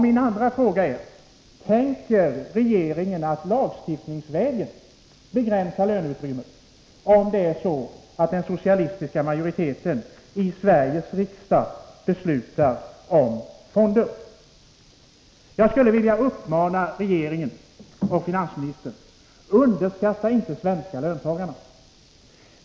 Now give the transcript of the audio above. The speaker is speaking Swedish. Min andra fråga lyder: Tänker regeringen lagstiftningsvägen begränsa löneutrymmet, om den socialistiska majoriteten i Sveriges riksdag beslutar om införande av löntagarfonder? Jag skulle vilja uppmana regeringen och finansministern: Underskatta inte de svenska löntagarna!